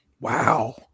Wow